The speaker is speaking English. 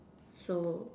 so